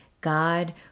God